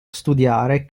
studiare